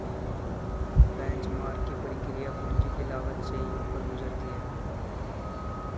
benchmark की प्रक्रिया पूंजी की लागत से ही होकर गुजरती है